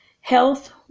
health